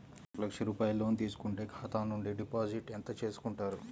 ఒక లక్ష రూపాయలు లోన్ తీసుకుంటే ఖాతా నుండి డిపాజిట్ ఎంత చేసుకుంటారు?